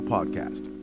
Podcast